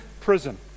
prison